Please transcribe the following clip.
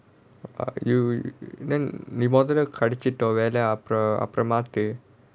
ah you then ஏதாதுனா கிடைச்சிட்டா வேலை அப்புறம் அப்புறம் மாத்து:ethaathunaa kidaichchitta velai appuram appuram maathu